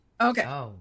Okay